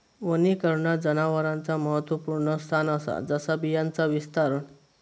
वनीकरणात जनावरांचा महत्त्वपुर्ण स्थान असा जसा बियांचा विस्तारण